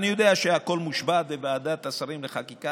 אני יודע שהכול מושבת בוועדת השרים לחקיקה,